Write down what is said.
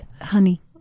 Honey